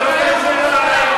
שמות של פלסטינים זו הסתה?